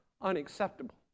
unacceptable